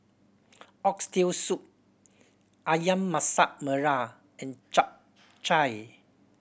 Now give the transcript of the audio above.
Oxtail Soup Ayam Masak Merah and Chap Chai